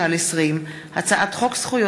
כ"ז בחשוון